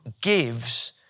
gives